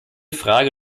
frage